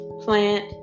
plant